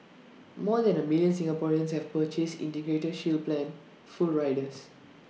more than A million Singaporeans have purchased integrated shield plan full riders